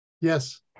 Yes